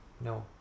no